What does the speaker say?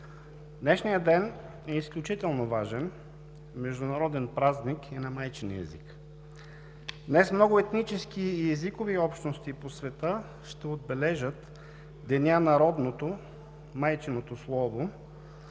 Днешният ден е изключително важен – международен празник е на майчиния език. Днес много етнически и езикови общности по света ще отбележат деня на родното, майчиното слово